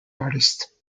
artist